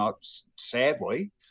sadly